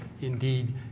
indeed